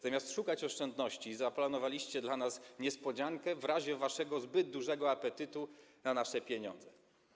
Zamiast szukać oszczędności, zaplanowaliście dla nas niespodziankę w razie waszego zbyt dużego apetytu na nasze pieniądze.